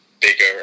bigger